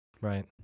right